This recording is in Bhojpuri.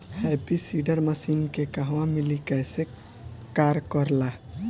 हैप्पी सीडर मसीन के कहवा मिली कैसे कार कर ला?